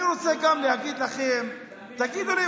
אני רוצה גם להגיד לכם: תגידו לי,